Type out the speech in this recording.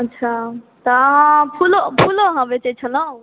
अच्छा तऽ अहाँ फूलो फूलो अहाँ बेचै छलहुॅं